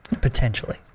potentially